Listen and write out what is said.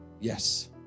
Yes